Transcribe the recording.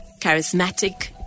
charismatic